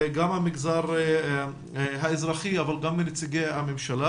על ידי המגזר האזרחי אבל גם על ידי נציגי הממשלה